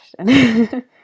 question